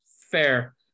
Fair